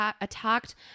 attacked